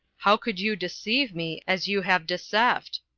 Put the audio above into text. how could you deceive me, as you have deceft?